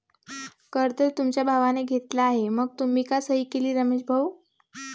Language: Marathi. कर तर तुमच्या भावाने घेतला आहे मग तुम्ही का सही केली रमेश भाऊ?